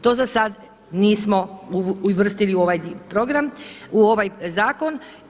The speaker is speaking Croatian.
To za sad nismo uvrstili u ovaj program, u ovaj zakon.